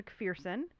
McPherson